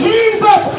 Jesus